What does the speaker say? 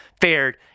fared